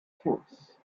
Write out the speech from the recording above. force